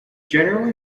generally